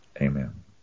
amen